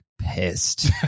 Pissed